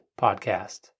podcast